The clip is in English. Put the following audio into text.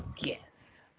Yes